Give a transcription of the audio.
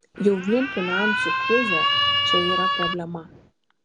jau vien finansų krizė čia yra problema